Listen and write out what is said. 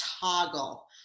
Toggle